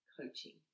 coaching